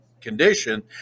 condition